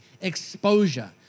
Exposure